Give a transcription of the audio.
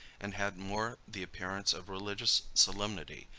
and had more the appearance of religious solemnity,